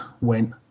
went